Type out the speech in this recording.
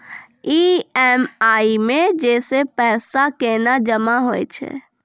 EMI मे जे पैसा केना जमा होय छै?